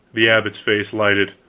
the abbot's face lighted.